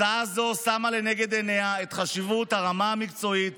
הצעה זו שמה לנגד עיניה את חשיבות הרמה המקצועית